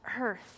earth